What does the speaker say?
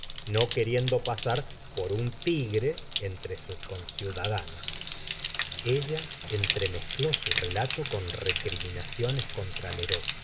no queriendo pasar por un tigre entre sus conciudadanos ella entremezcló su relato con recriminaciones contra